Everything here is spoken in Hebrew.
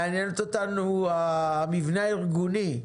מעניין אותנו המבנה הארגוני.